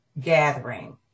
gathering